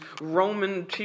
Roman